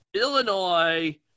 Illinois